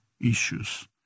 issues